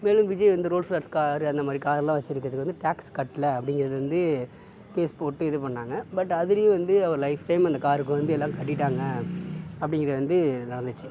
மேலும் விஜய் வந்து Rolls Royce car அந்த மாதிரி கார்லாம் வச்சிருக்கிறது வந்து டேக்ஸ் கட்டல அப்படிங்கிறது வந்து கேஸ் போட்டு இது பண்ணாங்கள் பட் அதிலயும் வந்து அவர் லைஃப் டைம் அந்த காருக்கு வந்து எல்லாம் கட்டிட்டாங்கள் அப்படிங்கறது வந்து நடந்துச்சு